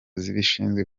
zibishinzwe